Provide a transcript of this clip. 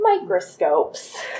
microscopes